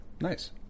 Nice